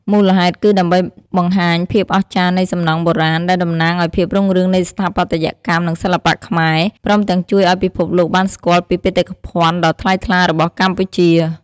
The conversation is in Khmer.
មូលហេតុ គឺដើម្បីបង្ហាញភាពអស្ចារ្យនៃសំណង់បុរាណ ដែលតំណាងឲ្យភាពរុងរឿងនៃស្ថាបត្យកម្ម និងសិល្បៈខ្មែរ ព្រមទាំងជួយឲ្យពិភពលោកបានស្គាល់ពីបេតិកភណ្ឌដ៏ថ្លៃថ្លារបស់កម្ពុជា។